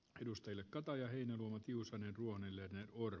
edustajille kataja ei minua kiusanneen huonoille ja or